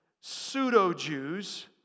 pseudo-Jews